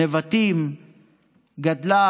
נבטים גדלה,